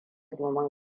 domin